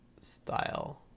style